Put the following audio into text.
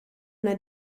una